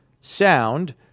sound